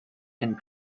and